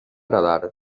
nedar